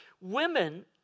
Women